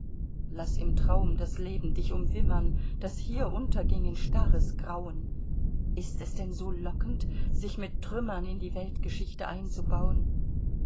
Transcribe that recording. laß im traum das leben dich umwimmern das hier unterging in starres grauen ist es denn so lockend sich mit trümmern in die weltgeschichte einzubauen